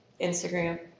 Instagram